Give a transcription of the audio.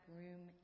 room